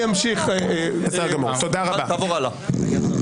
תעבור הלאה.